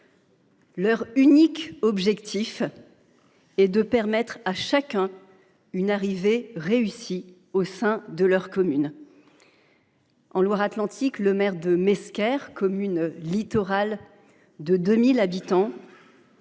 Leur unique objectif est de permettre à chacun une arrivée réussie au sein de leur commune. En Loire Atlantique, le maire de Mesquer, commune littorale de 2 000 habitants,